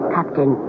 Captain